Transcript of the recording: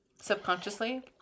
subconsciously